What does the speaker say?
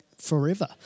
forever